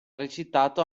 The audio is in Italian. recitato